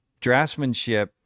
Draftsmanship